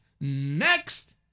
Next